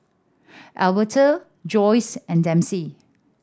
Alberto Joyce and Dempsey